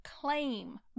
claim